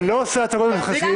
איתן, אתה לא יכול לעשות דבר כזה.